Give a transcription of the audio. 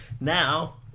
Now